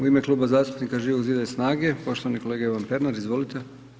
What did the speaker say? U ime Kluba zastupnika Živog zida i SNAGE poštovani kolega Ivan Pernar, izvolite.